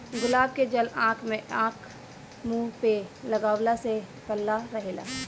गुलाब के जल आँख, मुंह पे लगवला से पल्ला रहेला